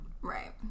right